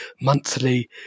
monthly